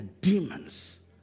demons